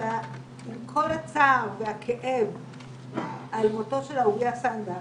שעם כל הצער והכאב על מותו של אהוביה סנדק,